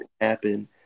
happen